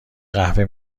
قهوه